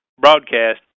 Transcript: broadcast